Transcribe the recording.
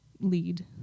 lead